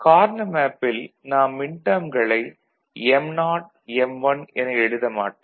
Karnaugh மேப்பில் நாம் மின்டேர்ம்களை m0 m1 என எழுத மாட்டோம்